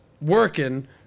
working